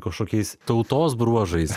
kažkokiais tautos bruožais